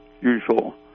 usual